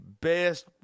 best